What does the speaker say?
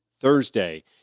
Thursday